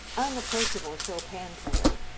unapproachable chopin player,